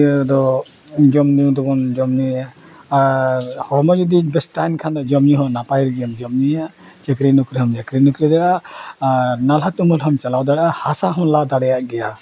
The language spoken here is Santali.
ᱤᱭᱟᱹ ᱨᱮᱫᱚ ᱡᱚᱢᱼᱧᱩ ᱫᱚᱵᱚᱱ ᱡᱚᱢᱼᱧᱩᱭᱟ ᱟᱨ ᱦᱚᱲᱢᱚ ᱡᱩᱫᱤ ᱵᱮᱥ ᱛᱟᱦᱮᱱ ᱠᱷᱟᱱ ᱫᱚ ᱡᱚᱢᱼᱧᱩ ᱦᱚᱸ ᱱᱟᱯᱟᱭ ᱨᱮᱜᱮᱢ ᱡᱚᱢᱼᱧᱩᱭᱟ ᱪᱟᱹᱠᱨᱤ ᱱᱳᱠᱨᱤ ᱦᱚᱢ ᱪᱟᱠᱨᱤ ᱱᱩᱠᱨᱤ ᱫᱟᱲᱮᱭᱟᱜᱼᱟ ᱟᱨ ᱱᱟᱞᱦᱟ ᱛᱩᱢᱟᱹᱞ ᱦᱚᱢ ᱪᱟᱞᱟᱣ ᱫᱟᱲᱮᱭᱟᱜᱼᱟ ᱦᱟᱥᱟ ᱦᱚᱢ ᱞᱟ ᱫᱟᱲᱮᱭᱟᱜ ᱜᱮᱭᱟ